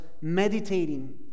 meditating